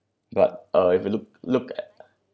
but uh if you look look